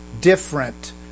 different